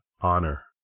honor